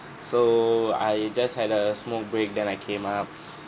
so I just had a smoke break then I came up